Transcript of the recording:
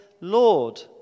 Lord